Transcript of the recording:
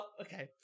okay